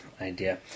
idea